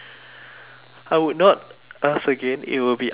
I would not ask again it would be unwise